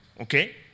okay